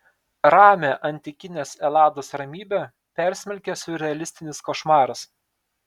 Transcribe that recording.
ramią antikinės elados ramybę persmelkia siurrealistinis košmaras